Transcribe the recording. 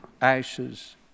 ashes